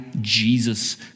Jesus